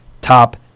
top